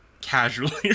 casually